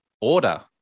order